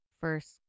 first